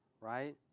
right